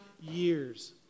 years